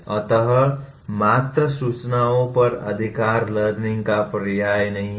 अतः मात्र सूचनाओं पर अधिकार लर्निंग का पर्याय नहीं है